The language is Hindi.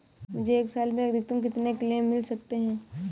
मुझे एक साल में अधिकतम कितने क्लेम मिल सकते हैं?